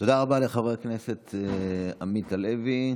תודה רבה לחבר הכנסת עמית הלוי.